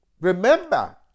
remember